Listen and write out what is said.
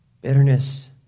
Bitterness